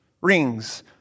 rings